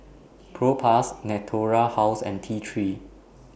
Propass Natura House and T three